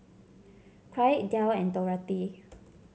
Kraig Del and Dorathy